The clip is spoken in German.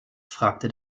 fragte